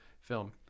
film